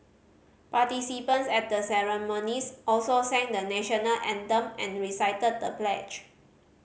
participants at the ceremonies also sang the National Anthem and recited the pledge